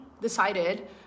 decided